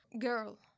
girl